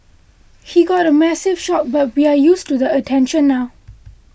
he got a massive shock but we're used to the attention now